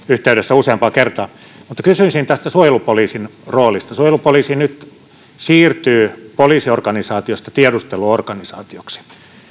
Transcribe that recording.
yhteydessä useampaan kertaan mutta kysyisin suojelupoliisin roolista suojelupoliisi nyt siirtyy poliisiorganisaatiosta tiedusteluorganisaatioksi